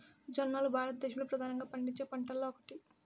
జొన్నలు భారతదేశంలో ప్రధానంగా పండించే పంటలలో ఒకటి